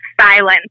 Silence